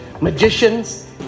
Magicians